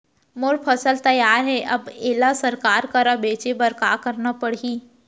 मोर फसल तैयार हे अब येला सरकार करा बेचे बर का करना पड़ही?